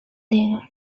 they